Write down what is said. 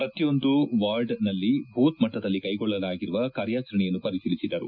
ಪ್ರತಿಯೊಂದು ವಾರ್ಡ್ನಲ್ಲಿ ಭೂತ್ ಮಟ್ಟದಲ್ಲಿ ಕೈಗೊಳ್ಳಲಾಗಿರುವ ಕಾರ್ಯಾಚರಣೆಯನ್ನು ಪರಿತೀಲಿಸಿದರು